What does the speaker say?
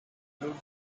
include